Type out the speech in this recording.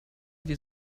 die